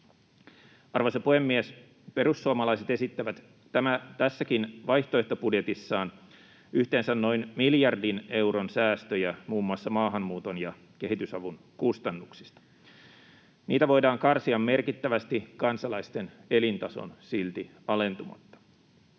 Arvoisa puhemies! Perussuomalaiset esittävät tässäkin vaihtoehtobudjetissaan yhteensä noin miljardin euron säästöjä muun muassa maahanmuuton ja kehitysavun kustannuksista. Niitä voidaan karsia merkittävästi kansalaisten elintason silti alentumatta.